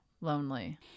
lonely